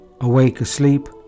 awake-asleep